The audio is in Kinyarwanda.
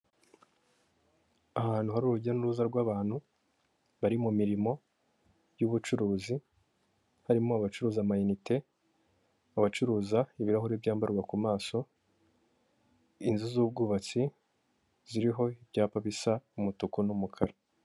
Ahantu hari urujya n'uruza rw'abantu, bari mu mirimo y'ubucuruzi, harimo abacuruza amayinite, abacuruza ibirahuri byambarwa ku maso, inzu z'ubwubatsi, ziriho ibyapa bisa umutuku n'umukara.